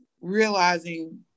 realizing